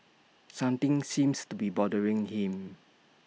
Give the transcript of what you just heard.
something seems to be bothering him